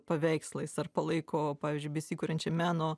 paveikslais ar palaiko pavyzdžiui besikuriančią meno